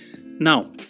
Now